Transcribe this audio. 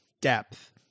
depth